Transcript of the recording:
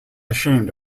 ashamed